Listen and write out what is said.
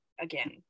again